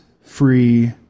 Free